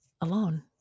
alone